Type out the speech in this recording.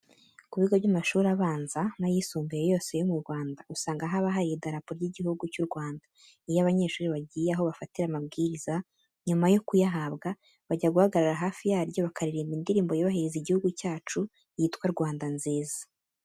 Ku bigo by'amashuri abanza n'ayisumbuye yose yo mu Rwanda usanga haba hari Idarapo ry'igihugu cy'u Rwanda. Iyo abanyeshuri bagiye aho bafatira amabwiriza, nyuma yo kuyahabwa bajya guhagarara hafi yaryo bakaririmba indirimbo yubahiriza Igihugu cyacu yitwa Rwanda nziza.